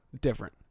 Different